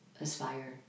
aspire